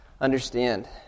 understand